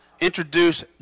introduce